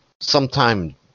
sometime